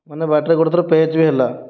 ମାନେ ବାଟରେ ଗୋଟିଏ ଥର ପ୍ୟାଚ ବି ହେଲା